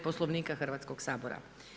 Poslovnika Hrvatskog sabora.